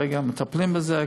כרגע מטפלים בזה,